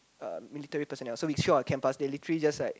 uh military personnel so we show our camp pass they literally just like